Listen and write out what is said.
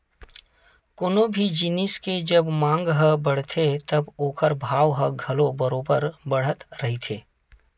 कोनो भी जिनिस के जब मांग ह बड़थे तब ओखर भाव ह घलो बरोबर बड़त रहिथे